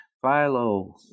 Philo